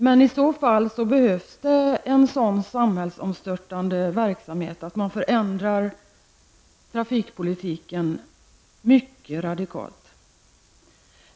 Men i så fall behövs det en sådan samhällsomstörtande verksamhet, dvs. att man förändrar trafikpolitiken mycket radikalt.